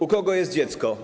U kogo jest dziecko?